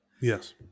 Yes